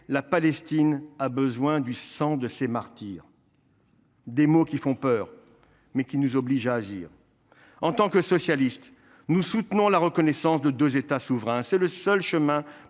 La Palestine a besoin du sang de ses martyrs. » Des mots qui font peur, mais qui nous obligent à agir. En tant que socialistes, nous soutenons la reconnaissance de deux États souverains : c’est le seul chemin